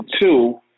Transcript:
two